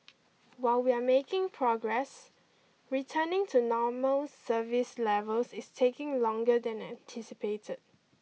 while we are making progress returning to normal service levels is taking longer than anticipated